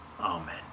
Amen